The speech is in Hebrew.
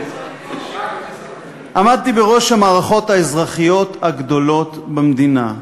עמדתי בראש המערכות האזרחיות הגדולות במדינה.